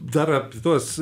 dar api tuos